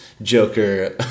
Joker